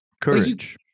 Courage